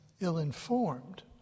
ill-informed